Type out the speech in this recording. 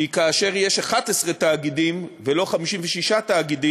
כי כאשר יש 11 תאגידים, ולא 56 תאגידים,